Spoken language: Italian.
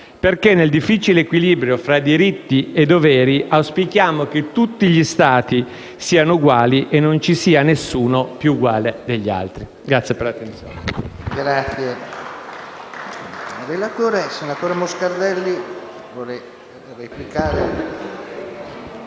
perché nel difficile equilibrio tra diritti e doveri auspichiamo che tutti gli Stati siano uguali e non ci sia nessuno più uguale degli altri. *(Applausi